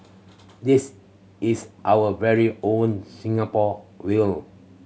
this is our very own Singapore whale